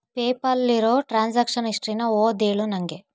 ಪೇಪಾಲಲ್ಲಿರೋ transaction ಹಿಸ್ಟ್ರಿನ ಓದಿ ಹೇಳು ನನಗೆ